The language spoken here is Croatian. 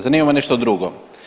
Zanima me nešto drugo.